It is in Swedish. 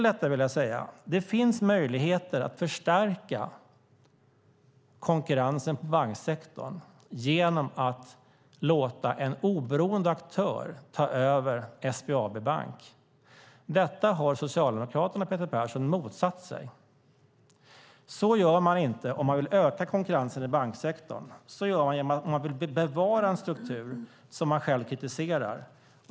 Det finns möjligheter att förstärka konkurrensen i banksektorn genom att låta en oberoende aktör ta över SBAB Bank. Detta har Socialdemokraterna och Peter Persson motsatt sig. Så gör man inte om man vill öka konkurrensen i banksektorn. Så gör man om man vill bevara en struktur som man själv kritiserar.